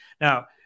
Now